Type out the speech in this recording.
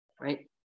Right